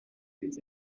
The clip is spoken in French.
les